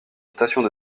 stations